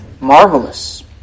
marvelous